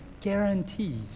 guarantees